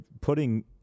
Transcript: putting